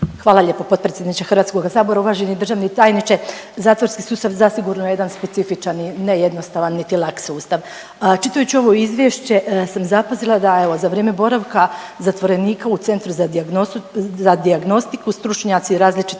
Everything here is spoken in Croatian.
Hvala lijepo potpredsjedniče HS. Uvaženi državni tajniče, zatvorski sustav zasigurno je jedan specifičan i ne jednostavan niti lak sustav. Čitajući ovo izvješće sam zapazila da evo za vrijeme boravka zatvorenika u Centru za dijagnostiku stručnjaci različitih